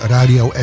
Radio